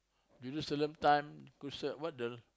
Jerusalem time crusade what the